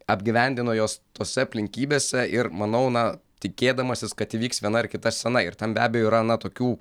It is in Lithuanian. apgyvendino juos tose aplinkybėse ir manau na tikėdamasis kad įvyks viena ar kita scena ir ten be abejo yra na tokių